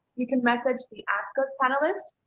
you can message the ask us panelist.